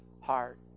heart